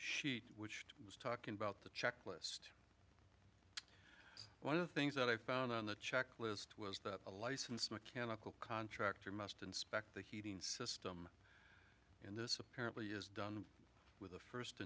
sheet which was talking about the checklist one of the things that i found on the checklist was that a licensed mechanical contractor must inspect the heating system in this apparently is done with a first